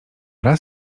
raz